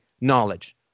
knowledge